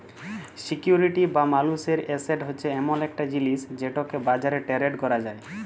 security বা মালুসের asset হছে এমল ইকট জিলিস যেটকে বাজারে টেরেড ক্যরা যায়